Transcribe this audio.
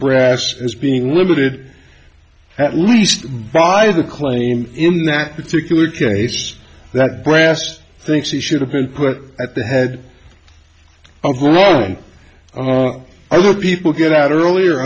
brass as being limited at least by the claim in that particular case that brass thinks he should have been put at the head of the law and i hope people get out early or